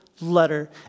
letter